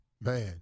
Man